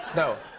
no.